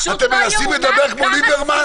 אתם מנסים לדבר כמו ליברמן,